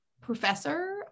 professor